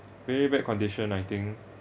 very bad condition I think